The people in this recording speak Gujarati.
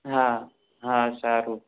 હા હા સારું